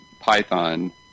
Python